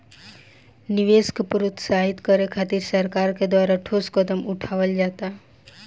निवेश के प्रोत्साहित करे खातिर सरकार के द्वारा ठोस कदम उठावल जाता